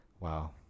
Wow